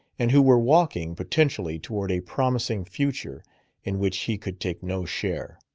and who were walking, potentially, toward a promising future in which he could take no share.